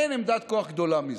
אין עמדת כוח גדולה מזה.